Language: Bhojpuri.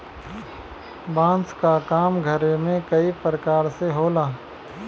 बांस क काम घरे में कई परकार से होला